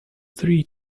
three